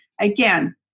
Again